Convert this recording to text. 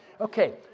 Okay